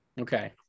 okay